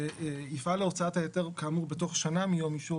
"יפעל להוצאת ההיתר כאמור בתוך שנה מיום אישור